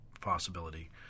possibility